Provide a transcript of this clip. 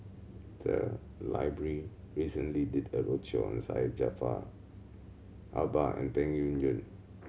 the library recently did a roadshow on Syed Jaafar Albar and Peng Yuyun